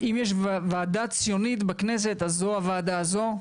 אם יש ועדה ציונית בכנסת אז זו הוועדה הזו.